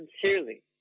sincerely